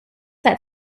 that